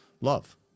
love